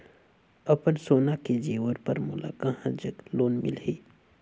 अपन सोना के जेवर पर मोला कहां जग लोन मिलही?